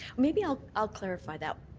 maybe i'll i'll clarify that.